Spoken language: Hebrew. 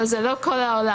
אבל זה לא כל העולם.